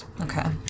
Okay